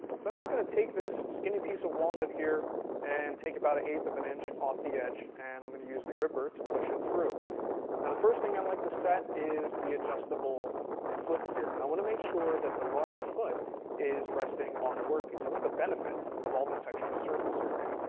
so i'm just going to take this skinny piece of walnut here and take about one eight of an inch off the edge and i'm going to use the grr-ripper to push it through. now and the first thing i like to set is the adjustable foot here. i want to make sure that the large foot is resting on the work piece. i want the benefit of all this extra surface area.